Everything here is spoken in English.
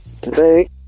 today